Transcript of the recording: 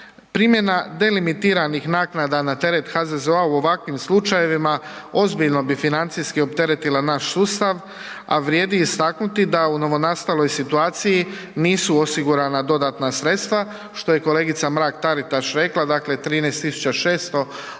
Primjena delimitiranih naknada na teret HZZO-a u ovakvim slučajevima ozbiljno bi financijski opteretila naš sustav. A vrijedi istaknuti da u novonastaloj situaciji nisu osigurana dodatna sredstva, što je kolegica Mrak-Taritaš rekla, dakle 13600